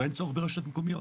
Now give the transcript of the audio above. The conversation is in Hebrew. ואין צורך ברשויות מקומיות.